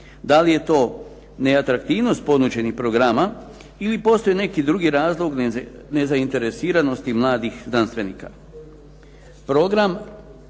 Da li je to neatraktivnost ponuđenih programa ili postoji neki drugi razlog nezainteresiranosti mladih znanstvenika.